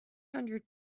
hundred